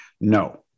No